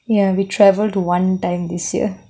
ya we travelled one time this year